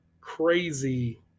crazy